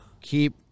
keep